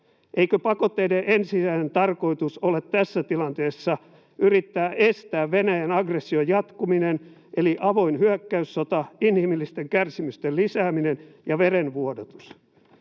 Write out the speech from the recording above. Eikö pakotteiden ensisijainen tarkoitus ole tässä tilanteessa yrittää estää Venäjän aggression jatkuminen eli avoin hyökkäyssota, inhimillisten kärsimysten lisääminen ja verenvuodatus?